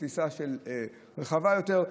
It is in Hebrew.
תפיסה רחבה יותר,